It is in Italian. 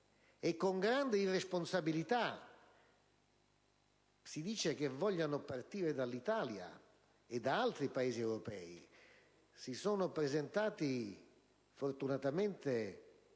e con grande irresponsabilità si dice che vogliano partire dall'Italia e da altri Paesi europei. Si sono presentati, fortunatamente